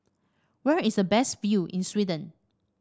where is a best view in Sweden